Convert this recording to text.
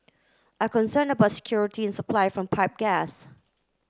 are concerned about security supply from pipe gas